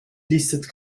listet